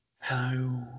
Hello